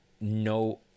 no